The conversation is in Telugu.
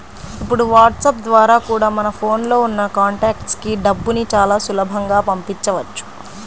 ఇప్పుడు వాట్సాప్ ద్వారా కూడా మన ఫోన్ లో ఉన్న కాంటాక్ట్స్ కి డబ్బుని చాలా సులభంగా పంపించవచ్చు